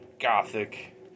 gothic